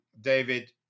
David